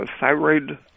thyroid